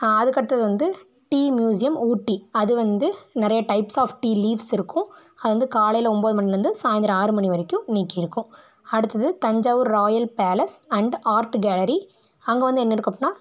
அதுக்கடுத்தது வந்து tea museum Ooty அது வந்து நிறைய டைப்ஸ் ஆஃப் டி லீவ்ஸ் இருக்கும் அது வந்து காலையில் ஒம்போது மணிலேருந்து சாய்ந்தரம் ஆறுமணி வரைக்கும் நீக்கி இருக்கும் அடுத்தது Thanjavur royal palace and art gallery அங்கே வந்து என்ன இருக்கும் அப்படின்னா